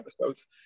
episodes